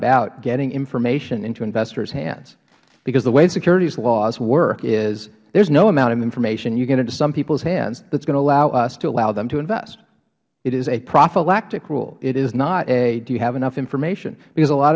about getting information into investors hands because the way securities laws work is there's no amount of information you get into some people's hands that's going to allow us to allow them to invest it is a prophylactic rule it is not a do you have enough information